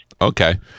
Okay